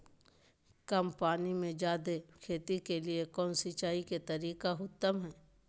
कम पानी में जयादे खेती के लिए कौन सिंचाई के तरीका उत्तम है?